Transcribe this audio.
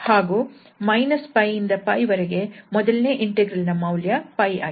ಹಾಗೂ - 𝜋 ಇಂದ 𝜋 ವರೆಗೆ ಮೊದಲನೇ ಇಂಟೆಗ್ರಲ್ ನ ಮೌಲ್ಯ 𝜋 ಆಗಿದೆ